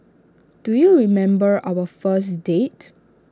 do you remember our first date